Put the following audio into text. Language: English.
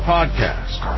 Podcast